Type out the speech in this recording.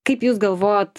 kaip jūs galvojot